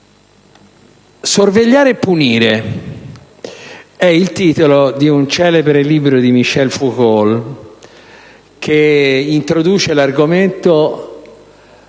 della prigione» è il titolo di un celebre libro di Michel Foucault, che introduce l'argomento